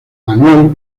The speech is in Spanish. manuel